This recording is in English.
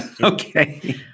Okay